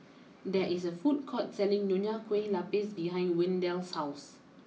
there is a food court selling Nonya Kueh Lapis behind Wendell's house